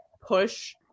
push